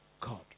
God